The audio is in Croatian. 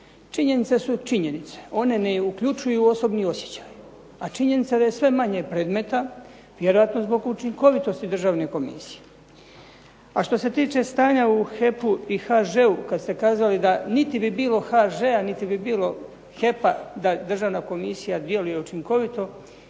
Činjenice su činjenice, one ne uključuju osobni osjećaj. A činjenica je da je sve manje predmeta, vjerojatno zbog učinkovitosti državne komisije. A što se tiče stanja u HEP-u i HŽ-u kad ste kazali da niti bi bilo HŽ-a niti bi bilo HEP-a da državna komisija djeluje učinkovito,